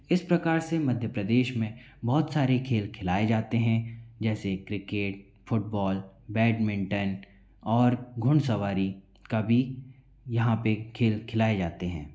इस प्रकार से मध्य प्रदेश में बहुत सारे खेल खिलाए जाते हैं जैसे क्रिकेट फुटबॉल बैडमिंटन और घुड़ सवारी का भी यहाँ पे खेल खिलाए जाते हैं